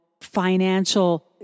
financial